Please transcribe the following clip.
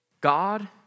God